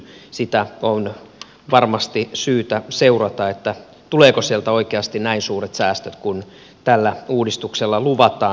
sitä on varmasti syytä seurata tuleeko sieltä oikeasti näin suuret säästöt kuin tällä uudistuksella luvataan